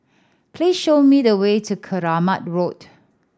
please show me the way to Keramat Road